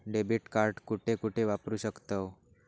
Debit card कुठे कुठे वापरू शकतव?